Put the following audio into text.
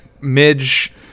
Midge